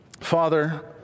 Father